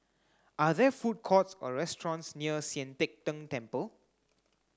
are there food courts or restaurants near Sian Teck Tng Temple